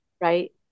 Right